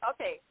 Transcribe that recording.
Okay